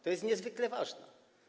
To jest niezwykle ważne.